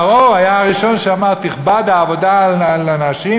פרעה היה הראשון שאמר: "תכבד העבדה על האנשים,